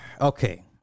Okay